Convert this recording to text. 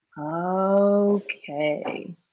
Okay